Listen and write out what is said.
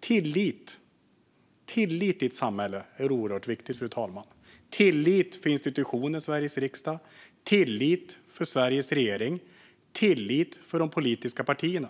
Tillit i ett samhälle är oerhört viktigt - tillit till institutionen Sveriges riksdag, tillit till Sveriges regering och tillit till de politiska partierna.